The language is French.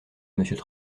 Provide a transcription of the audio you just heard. monsieur